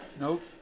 Nope